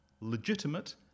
legitimate